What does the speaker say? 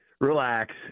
Relax